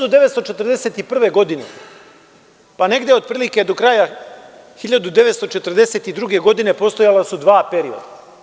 Od 1941. godine pa negde otprilike do kraja 1942. godine postojala su dva perioda.